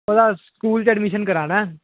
ਉਹਦਾ ਸਕੂਲ 'ਚ ਐਡਮੀਸ਼ਨ ਕਰਾਵਾਉਣਾ ਹੈ